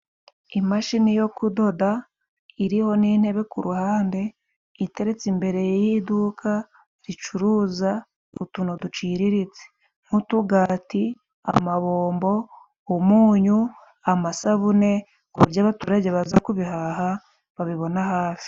Imashini yo kudoda iriho n'intebe ku ruhande iteretse imbere y'iduka ricuruza utuntu duciriritse. Nk'utugati, amabombo, umunyu, amasabune, ku buryo abaturage baza kubihaha babibona hafi.